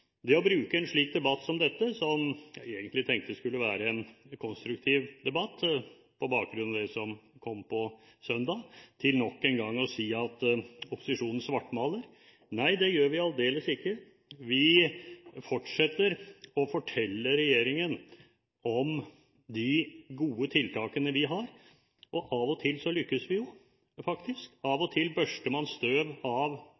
dette skulle være en konstruktiv debatt på bakgrunn av det som kom på søndag, men statsråden sier nok en gang at opposisjonen svartmaler. Nei, det gjør vi aldeles ikke. Vi fortsetter å fortelle regjeringen om de gode tiltakene vi har, og av og til lykkes vi, faktisk, av og til børster man støv av